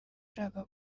ashaka